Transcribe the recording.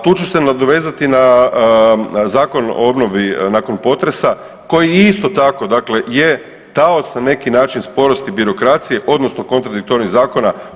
Tu ću se nadovezati na Zakon o obnovi nakon potresa koji je isto tako je taoc na neki način sporosti birokracije odnosno kontradiktornih zakona.